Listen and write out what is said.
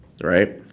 right